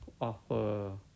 offer